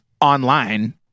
online